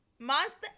Monster